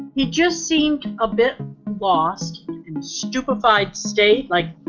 he just seemed a bit lost and stupefied state like,